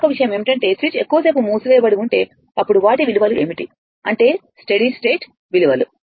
మరొక విషయం ఏమిటంటే స్విచ్ ఎక్కువసేపు మూసివేయబడి ఉంటే అప్పుడు వాటి విలువలు ఏమిటి అంటే స్టడీ స్టేట్ విలువలు